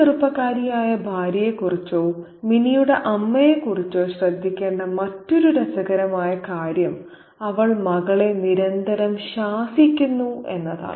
ഈ ചെറുപ്പക്കാരിയായ ഭാര്യയെക്കുറിച്ചോ മിനിയുടെ അമ്മയെക്കുറിച്ചോ ശ്രദ്ധിക്കേണ്ട മറ്റൊരു രസകരമായ കാര്യം അവൾ മകളെ നിരന്തരം ശാസിക്കുന്നു എന്നതാണ്